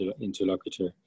interlocutor